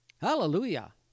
Hallelujah